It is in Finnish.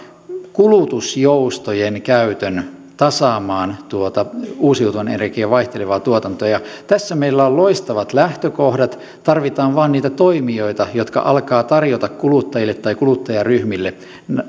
kulutusjoustojen käytön tasaamaan uusiutuvan energian vaihtelevaa tuotantoa ja tässä meillä on loistavat lähtökohdat tarvitaan vain niitä toimijoita jotka alkavat tarjota kuluttajille tai kuluttajaryhmille